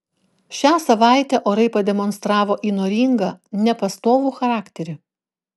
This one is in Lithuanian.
šią savaitę orai pademonstravo įnoringą nepastovų charakterį